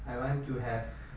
I want to have